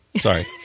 Sorry